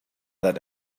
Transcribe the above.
that